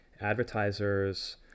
advertisers